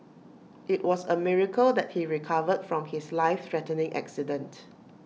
IT was A miracle that he recovered from his life threatening accident